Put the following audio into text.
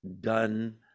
done